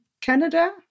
Canada